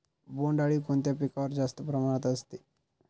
बोंडअळी कोणत्या पिकावर जास्त प्रमाणात असते?